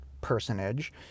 personage